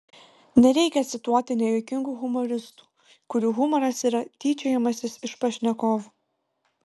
nereikia cituoti nejuokingų humoristų kurių humoras yra tyčiojimasis iš pašnekovų